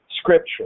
Scripture